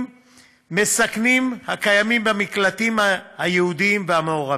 מסכנים הקיימים במקלטים הייעודיים והמעורבים.